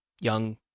young